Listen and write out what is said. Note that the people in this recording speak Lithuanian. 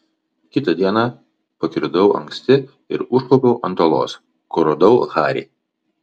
kitą dieną pakirdau anksti ir užkopiau ant uolos kur radau harį